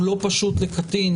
הוא לא פשוט לקטין,